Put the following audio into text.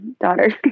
daughter's